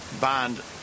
Bond